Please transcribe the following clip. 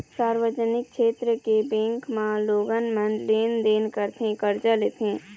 सार्वजनिक छेत्र के बेंक म लोगन मन लेन देन करथे, करजा लेथे